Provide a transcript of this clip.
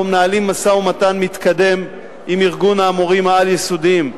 אנחנו מנהלים משא-ומתן מתקדם עם ארגון המורים העל-יסודיים.